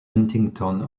huntington